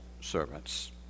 servants